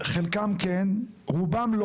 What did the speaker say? חלקם כן, רובם לא.